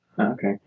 Okay